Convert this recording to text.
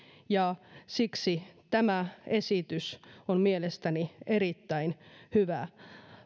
ja siksi tämä esitys on mielestäni erittäin hyvä